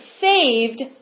saved